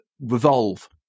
revolve